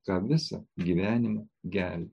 ką visą gyvenimą gelbi